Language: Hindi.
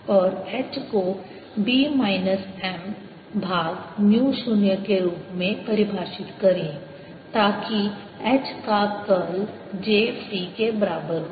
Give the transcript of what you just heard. और H को B माइनस M भाग म्यू शून्य के रूप में परिभाषित करें ताकि H का कर्ल J फ्री के बराबर हो